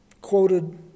quoted